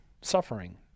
suffering